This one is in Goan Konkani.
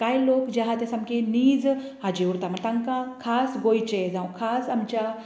कांय लोक जे आसा ते सामके नीज हाजे उरता तांकां खास गोंयचें जांव खास आमच्या